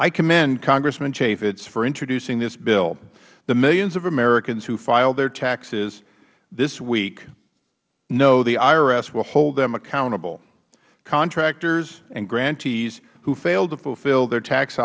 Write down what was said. i commend congressman chaffetz for introducing this bill the millions of americans who file their taxes this week know the irs will hold them accountable contractors and grantees who fail to fulfil their tax